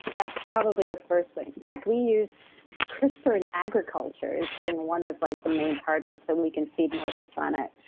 that's probably the first thing. in fact, we use crispr and agriculture's been one of like the main targets so we can feed more of the planet.